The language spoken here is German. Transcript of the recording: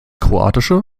kroatische